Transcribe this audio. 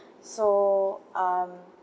so um